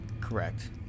Correct